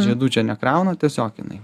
žiedų čia nekrauna tiesiog jinai